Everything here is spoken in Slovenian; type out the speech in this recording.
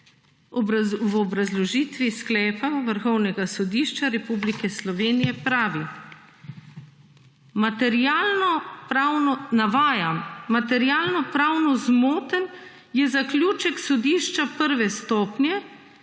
v obrazložitvi sklepa Vrhovnega sodišča Republike Slovenije pravi, navajam: »Materialno pravno zmoten je zaključek sodišča prve stopnje,